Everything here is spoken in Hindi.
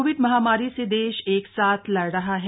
कोविड महामारी से देश एकसाथ लड़ रहा है